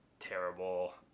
terrible